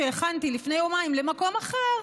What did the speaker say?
שהכנתי לפני יומיים למקום אחר,